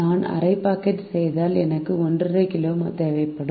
நான் அரை பாக்கெட் செய்தால் எனக்கு ஒன்றரை கிலோ தேவைப்படும்